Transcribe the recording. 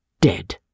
dead